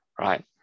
right